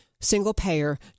Single-payer